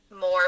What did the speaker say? more